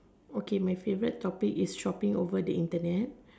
okay my favorite topic is shopping over the Internet